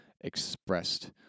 expressed